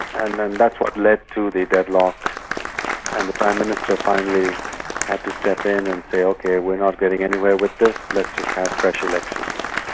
and then that's what led to the deadlock and the prime minister finally had to step in and say, ok we're not getting anywhere with this, let's just have fresh elections.